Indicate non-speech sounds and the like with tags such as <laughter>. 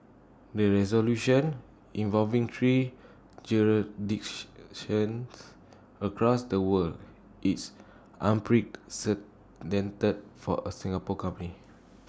the resolution involving three <unintelligible> across the world is unprecedented for A Singapore company